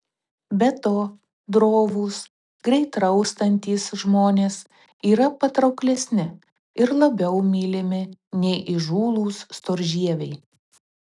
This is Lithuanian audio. be to drovūs greit raustantys žmonės yra patrauklesni ir labiau mylimi nei įžūlūs storžieviai